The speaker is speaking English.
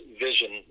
vision